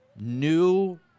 new